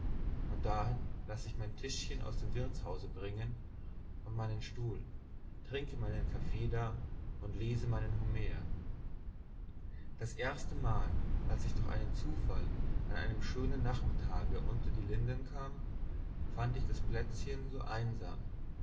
und dahin lass ich mein tischchen aus dem wirtshause bringen und meinen stuhl trinke meinen kaffee da und lese meinen homer das erstenmal als ich durch einen zufall an einem schönen nachmittage unter die linden kam fand ich das plätzchen so einsam